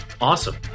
Awesome